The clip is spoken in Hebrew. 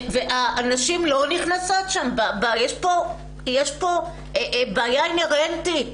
הנשים לא נכנסות לשם, יש פה בעיה אינהרנטית